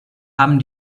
haben